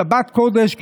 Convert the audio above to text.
שבת קודש,